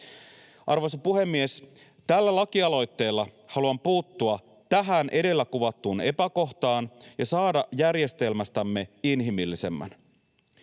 Arvoisa puhemies! Tällä lakialoitteella haluan puuttua tähän edellä kuvattuun epäkohtaan ja saada järjestelmästämme inhimillisemmän.